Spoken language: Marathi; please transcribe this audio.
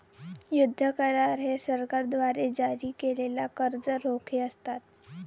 युद्ध करार हे सरकारद्वारे जारी केलेले कर्ज रोखे असतात